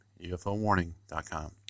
ufowarning.com